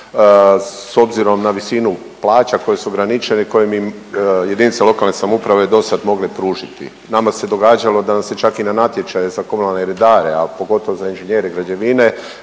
s obzirom na visinu plaća koje su ograničene i koje im jedinice lokalne samouprave dosad mogle pružiti. Nama se događalo da nam se čak i na natječaje za komunalne redare, a pogotovo za inženjere građevine